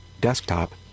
desktop